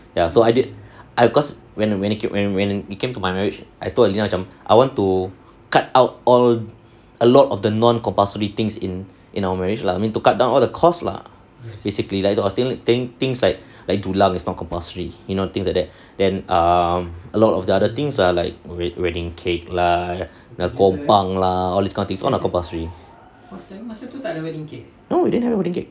ya so I did I cause when when it when when it came to my marriage I told alina macam I want to cut out all a lot of the non compulsory things in in our marriage lah I mean to cut down all the cost lah basically like I was telling things things like like dulang it's not compulsory you know things like that then um a lot of the other things lah like red wedding cake lah the kompang lah all this kind of thing all not compulsory no didn't have wedding cake